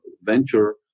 venture